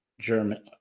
german